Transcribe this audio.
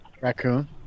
Raccoon